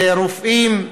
רופאים,